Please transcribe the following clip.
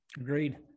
Agreed